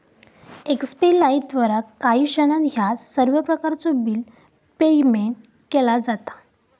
एक्स्पे लाइफद्वारा काही क्षणात ह्या सर्व प्रकारचो बिल पेयमेन्ट केला जाता